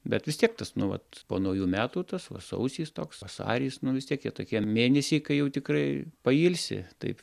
bet vis tiek tas nu vat po naujų metų tas va sausis toks vasaris nu vis tiek jie tokie mėnesiai kai jau tikrai pailsi taip